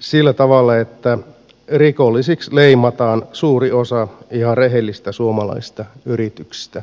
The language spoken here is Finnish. sillä tavalla että rikollisiksi leimataan suuri osa ihan rehellisistä suomalaisista yrityksistä